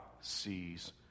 sees